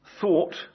thought